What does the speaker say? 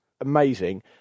amazing